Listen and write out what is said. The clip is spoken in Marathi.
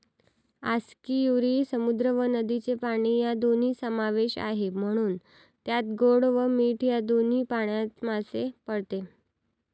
आस्कियुरी समुद्र व नदीचे पाणी या दोन्ही समावेश आहे, म्हणून त्यात गोड व मीठ या दोन्ही पाण्यात मासे पाळते